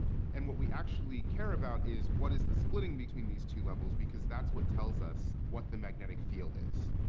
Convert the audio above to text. and what we actually care about is what is the splitting between these two levels, because that's what tells us what the magnetic field is.